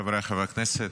חבריי חברי הכנסת,